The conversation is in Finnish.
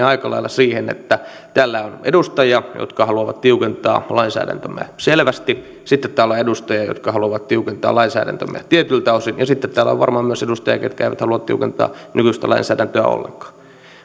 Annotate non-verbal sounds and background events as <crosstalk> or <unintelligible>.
<unintelligible> aika lailla siihen että täällä on edustajia jotka haluavat tiukentaa lainsäädäntömme selvästi sitten täällä on edustajia jotka haluavat tiukentaa lainsäädäntömme tietyltä osin ja sitten täällä on varmaan myös edustajia ketkä eivät halua tiukentaa nykyistä lainsäädäntöä ollenkaan